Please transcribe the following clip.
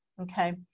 Okay